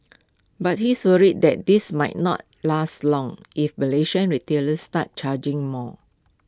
but he's worried that this might not last long if Malaysian retailers start charging more